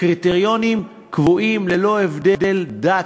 קריטריונים קבועים, ללא הבדל דת,